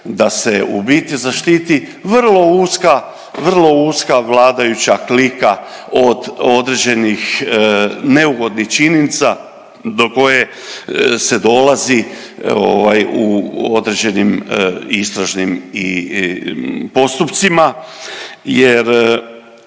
da se u biti zaštiti vrlo uska, vrlo uska vladajuća klika od određenih neugodnih činjenica do koje se dolazi u određenim istražnim postupcima. Jer